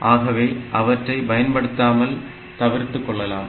ஆகவே அவற்றை பயன்படுத்தாமல் தவிர்த்துக் கொள்ளலாம்